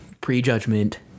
prejudgment